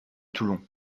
toulon